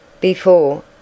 Before